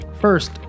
First